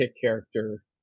character